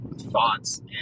thoughts